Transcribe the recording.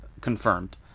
confirmed